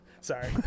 Sorry